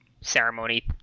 ceremony